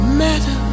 matter